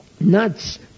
nuts